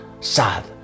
sad